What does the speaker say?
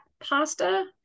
pasta